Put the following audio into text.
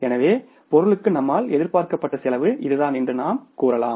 எனவே பொருளுக்கு நம்மால் எதிர்பார்க்கப்பட்ட செலவு இதுதான் என்று நாம் கூறலாம்